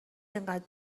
اینقدر